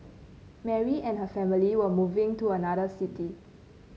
Mary and her family were moving to another city